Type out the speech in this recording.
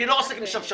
אני לא עוסק עם שבשבות.